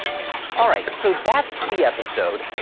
all right, so that's the episode.